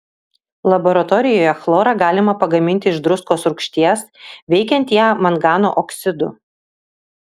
laboratorijoje chlorą galima pagaminti iš druskos rūgšties veikiant ją mangano oksidu